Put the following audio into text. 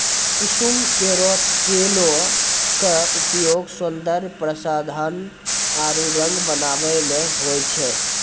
कुसुम केरो तेलो क उपयोग सौंदर्य प्रसाधन आरु रंग बनावै म होय छै